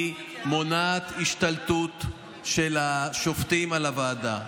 היא מונעת השתלטות של השופטים על הוועדה.